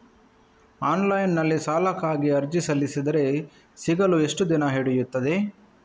Online ನಲ್ಲಿ ಸಾಲಕ್ಕಾಗಿ ಅರ್ಜಿ ಸಲ್ಲಿಸಿದರೆ ಸಿಗಲು ಎಷ್ಟು ದಿನ ಹಿಡಿಯುತ್ತದೆ?